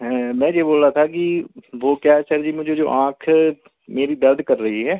हैं मैं ये बोल रहा था कि वो क्या है सर जी मुझे जो आँख मेरी दर्द कर रही है